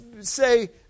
say